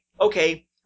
okay